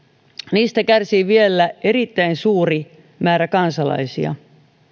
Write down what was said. niistä kärsii vielä erittäin suuri määrä kansalaisia